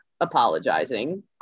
apologizing